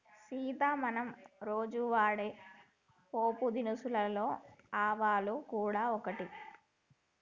సీత మనం రోజు వాడే పోపు దినుసులలో ఆవాలు గూడ ఒకటి